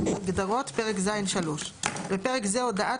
הגדרות - פרק ז'3 78כג בפרק זה - "הודעת